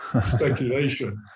speculation